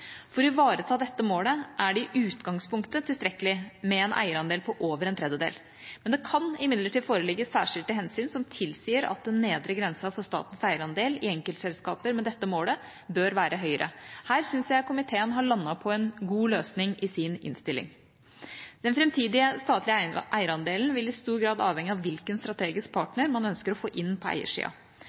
For å ivareta dette målet er det i utgangspunktet tilstrekkelig med en eierandel på over en tredjedel, men det kan foreligge særskilte hensyn som tilsier at den nedre grensen for statens eierandel i enkeltselskaper med dette målet bør være høyere. Her syns jeg komiteen har landet på en god løsning i sin innstilling. Den framtidige statlige eierandelen vil i stor grad avhenge av hvilken strategisk partner man ønsker å få inn på